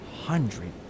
hundred